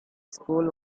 school